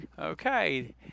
Okay